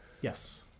Yes